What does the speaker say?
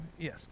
Yes